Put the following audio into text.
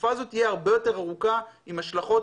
התקופה הזאת תהיה הרבה יותר ארוכה עם השלכות